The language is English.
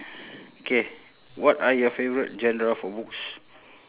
K what are your favourite genre for books